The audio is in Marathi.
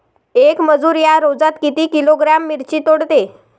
येक मजूर या रोजात किती किलोग्रॅम मिरची तोडते?